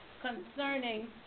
concerning